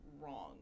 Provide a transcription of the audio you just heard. wrong